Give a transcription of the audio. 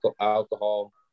alcohol